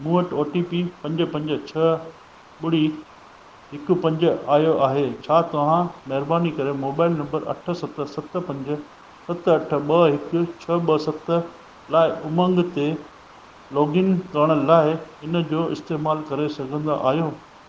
मूं वटि ओटीपी पंज पंज छह ॿुड़ी हिकु पंज आयो आहे छा तव्हां महिरबानी करे मोबाईल नंबर अठ सत सत पंज सत अठ ॿ हिकु छह ॿ सत लाइ उमंग ते लोगइन करण लाइ इन जो इस्तेमालु करे सघंदा आहियो